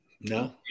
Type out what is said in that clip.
No